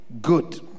good